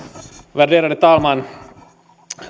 värderade talman